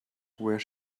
where